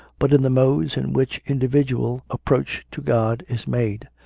but in the modes in which individual approach to god is made.